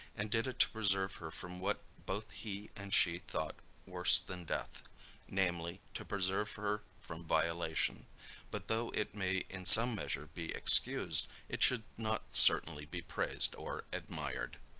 and did it to preserve her from what both he and she thought worse than death namely, to preserve her from violation but though it may in some measure be excused, it should not certainly be praised or admired.